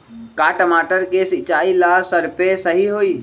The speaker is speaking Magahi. का टमाटर के सिचाई ला सप्रे सही होई?